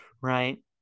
right